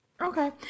Okay